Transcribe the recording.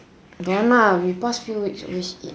don't ah we past few weeks always eat